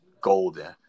golden